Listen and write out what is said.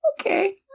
okay